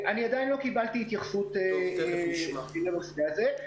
אני עדיין לא קיבלתי התייחסות לנושא הזה.